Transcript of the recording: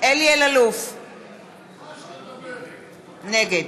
אלי אלאלוף, נגד